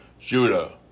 Judah